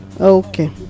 Okay